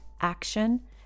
action